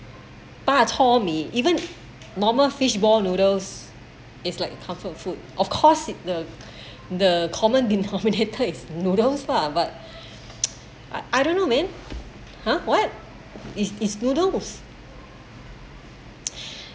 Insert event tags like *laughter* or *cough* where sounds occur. bak-chor-mee even normal fish ball noodles is like comfort food of course it the the common denominator *laughs* noodles lah but *noise* I don't know man ha what is is noodles *breath*